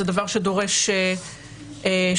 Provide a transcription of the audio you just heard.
זה דבר שדורש משאבים.